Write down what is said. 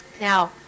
Now